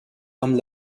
amb